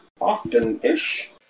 often-ish